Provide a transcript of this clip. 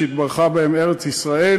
שהתברכה בהם ארץ-ישראל,